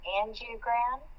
angiogram